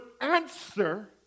answer